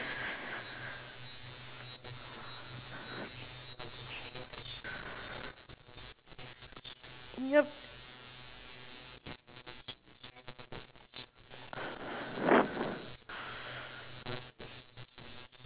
yup